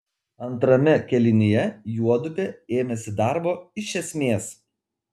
antrame kėlinyje juodupė ėmėsi darbo iš esmės